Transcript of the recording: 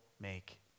make